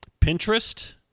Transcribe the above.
Pinterest